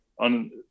on